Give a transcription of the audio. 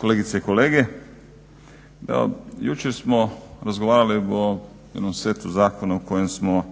kolegice i kolege. Evo jučer smo razgovarali o jednom setu zakona u kojima smo